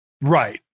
Right